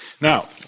Now